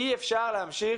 אי-אפשר להמשיך